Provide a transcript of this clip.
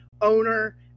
owner